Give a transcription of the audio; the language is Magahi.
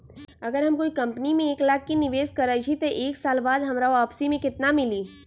अगर हम कोई कंपनी में एक लाख के निवेस करईछी त एक साल बाद हमरा वापसी में केतना मिली?